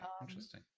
interesting